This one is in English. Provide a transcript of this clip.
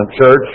church